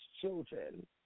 children